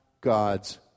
God's